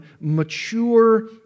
mature